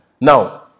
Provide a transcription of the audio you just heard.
Now